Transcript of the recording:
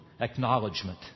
acknowledgement